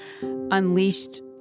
unleashed